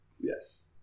Yes